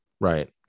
right